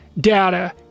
data